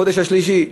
החודש השלישי.